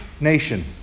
nation